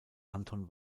anton